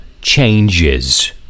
changes